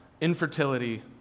infertility